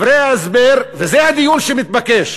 וזה הדיון שמתבקש.